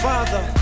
Father